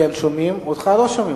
כן שומעים ואותך לא שומעים,